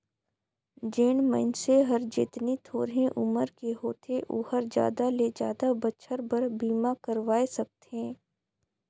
जेन मइनसे हर जेतनी थोरहें उमर के होथे ओ हर जादा ले जादा बच्छर बर बीमा करवाये सकथें